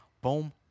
Boom